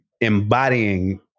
embodying